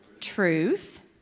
Truth